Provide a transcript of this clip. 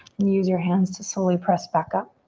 and use your hands to slowly press back up.